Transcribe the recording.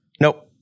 Nope